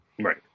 Right